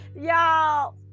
Y'all